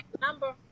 number